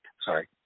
Sorry